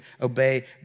obey